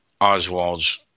Oswald's